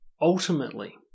Ultimately